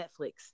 Netflix